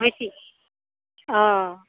অ